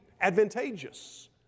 advantageous